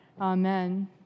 Amen